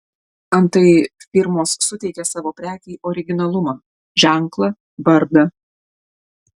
antai firmos suteikia savo prekei originalumą ženklą vardą